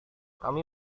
kami